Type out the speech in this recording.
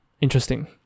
interesting